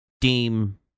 deem